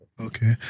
Okay